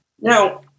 Now